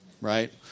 right